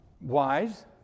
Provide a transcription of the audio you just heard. wise